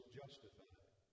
justified